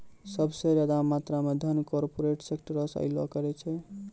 सभ से ज्यादा मात्रा मे धन कार्पोरेटे सेक्टरो से अयलो करे छै